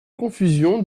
confusion